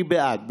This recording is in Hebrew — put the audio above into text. מי בעד?